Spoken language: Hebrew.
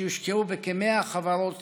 והם יושקעו בכ-100 חברות